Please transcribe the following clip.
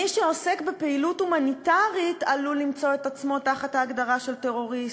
מי שעוסק בפעילות הומניטרית עלול למצוא את עצמו תחת ההגדרה של טרוריסט.